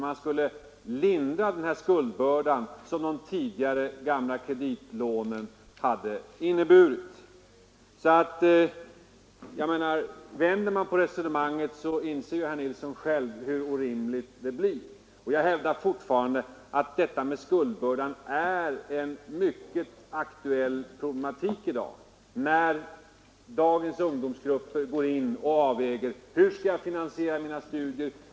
Man skulle lindra den skuldbörda som de tidigare kreditlånen hade inneburit. Vänder man på resonemanget inser herr Nilsson i Kristianstad hur orimligt det blir. Jag hävdar fortfarande att detta med skuldbördan är en mycket aktuell problematik när dagens ungdomar frågar sig: Hur skall jag finansiera mina studier?